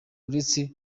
uretse